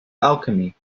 alchemy